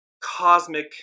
cosmic